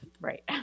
Right